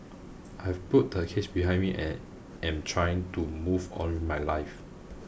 I have put the case behind me and am trying to move on in my life